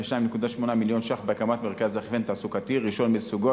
כ-2.8 מיליון ש"ח בהקמת מרכז הכוון תעסוקתי ראשון מסוגו,